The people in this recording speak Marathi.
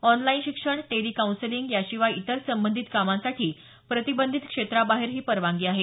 ऑनलाइन शिक्षण टेली काऊन्सलिंग याशिवाय इतर संबंधित कामांसाठी प्रतिबंधीत क्षेत्राबाहेर ही परवानगी आहे